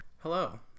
Hello